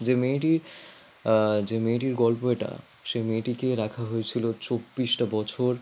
যে মেয়েটির যে মেয়েটির গল্প এটা সে মেয়েটিকে রাখা হয়েছিল চব্বিশটা বছর